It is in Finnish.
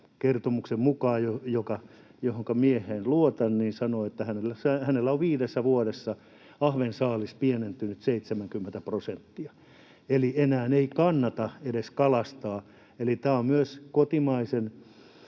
kertomuksen mukaan — johonka mieheen luotan — hänellä on viidessä vuodessa ahvensaalis pienentynyt 70 prosenttia, eli enää ei kannata edes kalastaa. Tämä on myös kotimaisen